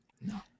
No